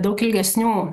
daug ilgesnių